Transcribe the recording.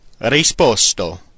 risposto